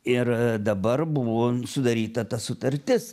ir dabar buvo sudaryta ta sutartis